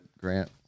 Grant